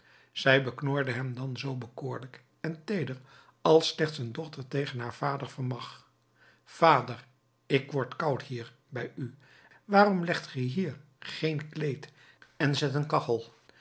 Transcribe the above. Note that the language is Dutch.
zij beknorde hem dan zoo bekoorlijk en teeder als slechts een dochter tegen haar vader vermag vader ik word koud hier bij u waarom legt ge hier geen kleed en zet een kachel